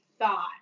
thought